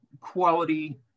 quality